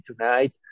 tonight